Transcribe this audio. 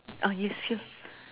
ah yes yes